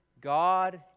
God